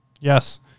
Yes